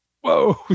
whoa